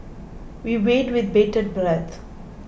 we wait with bated breath